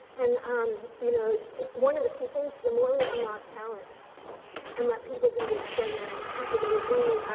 and um you know one of the key things, the more we unlock talent and let people be the extraordinary people they would be,